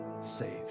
saved